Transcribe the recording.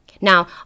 Now